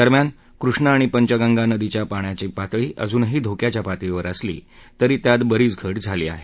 दरम्यान कृष्णा आणि पंचगंगा नद्यांच्या पाण्याची पातळी अजूनही धोक्याच्या पातळीवर असली तरी त्यात बरीच घट झाली आहे